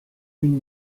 une